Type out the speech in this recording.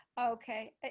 Okay